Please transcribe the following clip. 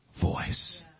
voice